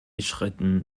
schritten